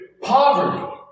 poverty